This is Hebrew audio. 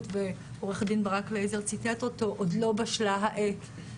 ועו"ד ברק לייזר ציטט אותו: עוד לא בשלה העת.